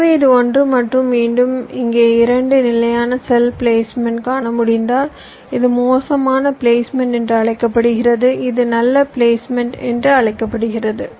எனவே இது 1 மற்றும் மீண்டும் இங்கே 2 நிலையான செல் பிளேஸ்மெண்ட் காண முடிந்தால் இது மோசமான பிளேஸ்மெண்ட் என்று அழைக்கப்படுகிறது இது நல்ல பிளேஸ்மெண்ட் என்று அழைக்கப்படுகிறது